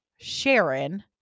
Sharon